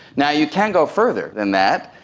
now, you can go further than that,